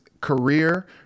career